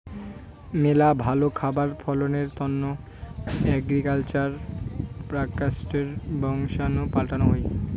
মেলা ভালো খাবার ফলনের তন্ন এগ্রিকালচার প্রোডাক্টসের বংশাণু পাল্টানো হই